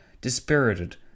dispirited